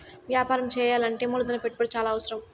వ్యాపారం చేయాలంటే మూలధన పెట్టుబడి చాలా అవసరం